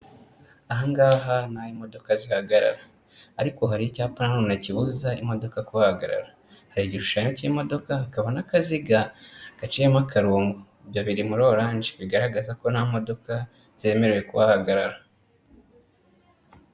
Aha ngaha ni aho imodoka zihagarara, ariko hari icyapa na none kibuza imodoka kuhahagarara. Hari igishushanyo cy'imodoka hakaba n'akaziga gaciyemo akarongo, ibyo biri muri oranje bigaragaza ko nta modoka zemerewe kuhahagarara.